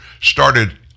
started